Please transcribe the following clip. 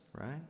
right